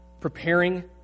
Preparing